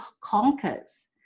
conquers